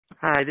Hi